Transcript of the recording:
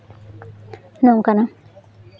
ᱱᱚᱝᱠᱟᱱᱟᱜ